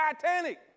Titanic